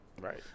Right